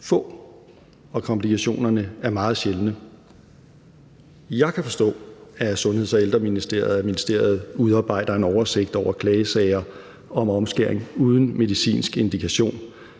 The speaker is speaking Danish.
få, og komplikationerne er meget sjældne. Jeg kan forstå på Sundheds- og Ældreministeriet, at ministeriet udarbejder en oversigt over klagesager om omskæring uden medicinsk indikation,